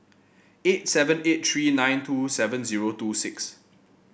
eight seven eight tree nine two seven zero two six